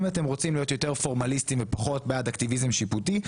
אם אתם רוצים להיות יותר פורמליסטים ופחות בעד אקטיביזם שיפוטי,